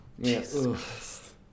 Jesus